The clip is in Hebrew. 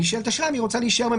נשאלת השאלה אם היא רוצה להישאר עם